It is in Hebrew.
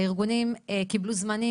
הארגונים קיבלו זמנים,